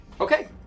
Okay